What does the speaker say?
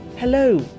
Hello